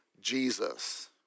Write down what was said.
Jesus